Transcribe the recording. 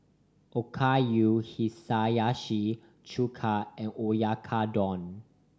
Okayu Hiyashi Chuka and Oyakodon